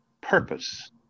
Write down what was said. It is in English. purpose